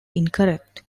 incorrect